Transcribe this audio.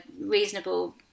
reasonable